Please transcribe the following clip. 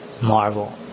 Marvel